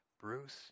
Bruce